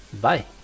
Bye